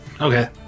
Okay